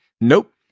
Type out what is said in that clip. Nope